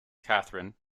katharine